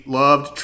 loved